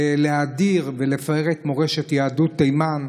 להאדיר ולפאר את מורשת יהדות תימן,